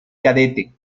cadete